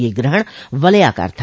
ये ग्रहण वलयाकार था